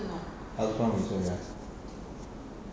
art ground also ya